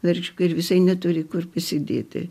dar ir visai neturi kur pasidėti